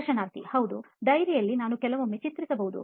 ಸಂದರ್ಶನಾರ್ಥಿಹೌದು diary ಯಲ್ಲಿ ನಾನು ಕೆಲವೊಮ್ಮೆ ಚಿತ್ರಿಸಬಹುದು